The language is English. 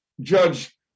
Judge